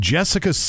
Jessica